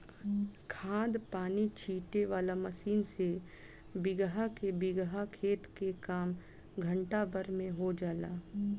खाद पानी छीटे वाला मशीन से बीगहा के बीगहा खेत के काम घंटा भर में हो जाला